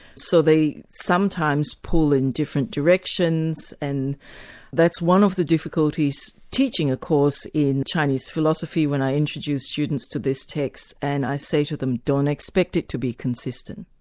so they sometimes pull in different directions and that's one of the difficulties teaching a course in chinese philosophy when i introduce students to this text, and i say to them, don't expect it to be consistent.